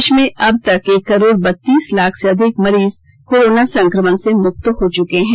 देश में अब तक एक करोड़ बत्तीस लाख से अधिक मरीज कोरोना संक्रमण से मुक्त हो चुके हैं